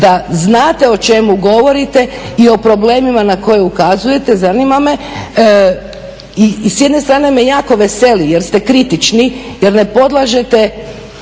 da znate o čemu govorite i o problemima na koje ukazujete zanima me i s jedne strane me jako veseli jer ste kritični jer ne podlažete